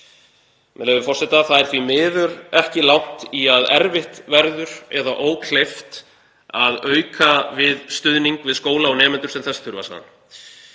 með leyfi forseta: „Það er því miður ekki langt í að erfitt verður eða ókleift að auka við stuðning við skóla og nemendur sem þess þurfa.